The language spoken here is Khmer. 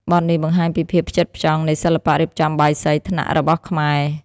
បទនេះបង្ហាញពីភាពផ្ចិតផ្ចង់នៃសិល្បៈរៀបចំបាយសីថ្នាក់របស់ខ្មែរ។